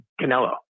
Canelo